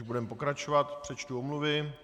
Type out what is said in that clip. Než budeme pokračovat, přečtu omluvy.